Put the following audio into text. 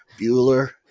Bueller